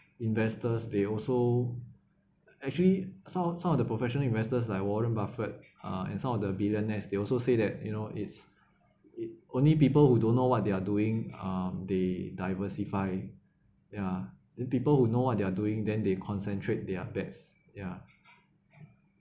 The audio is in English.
investors they also actually some some of the professional investors like warren buffet uh and some of the billionaires they also say that you know its only people who don't know what they are doing um they diversify ya then people who know what they are doing then they concentrate their best ya